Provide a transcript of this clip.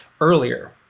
earlier